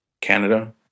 Canada